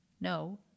no